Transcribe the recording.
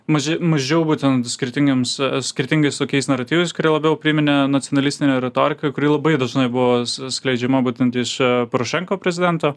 maži mažiau būtent skirtingiems skirtingais tokiais naratyvais kurie labiau priminė nacionalistinę retoriką kuri labai dažnai buvo skleidžiama būtent iš porošenko prezidento